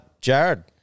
Jared